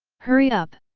hurry up!